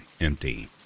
empty